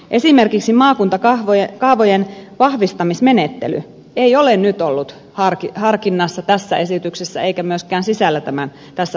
esimerkiksi maakuntakaavojen vahvistamismenettely ei ole nyt ollut harkinnassa tässä esityksessä eikä myöskään sisällä tässä hallituksen esityksessä